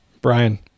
Brian